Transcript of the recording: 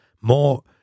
More